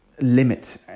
limit